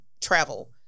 travel